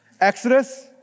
Exodus